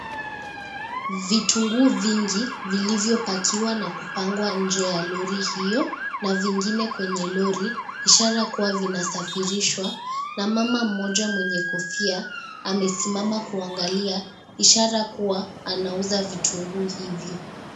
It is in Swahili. Vitunguu vingi vilivyopakiwa na kupangwa nje ya lori hiyo, na vingine kwenye lori ishara kuwa vinasafirishwa na mama mmoja mwenye kofia amesimama kuangalia ishara kuwa anauza vitunguu hivyo.